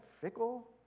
fickle